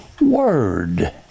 word